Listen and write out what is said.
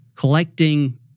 collecting